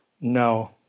No